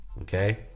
Okay